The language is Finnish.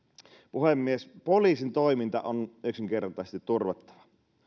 puhemies poliisin toiminta on yksinkertaisesti turvattava